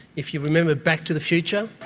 if you remember back to the future,